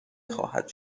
خواهد